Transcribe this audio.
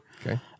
Okay